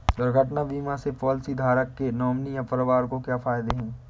दुर्घटना बीमा से पॉलिसीधारक के नॉमिनी या परिवार को क्या फायदे हैं?